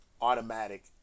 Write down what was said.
automatic